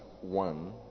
one